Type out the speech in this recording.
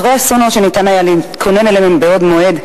אחרי אסונות שניתן היה להתכונן אליהם מבעוד מועד,